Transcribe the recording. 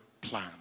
plan